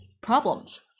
problems